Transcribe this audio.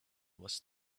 was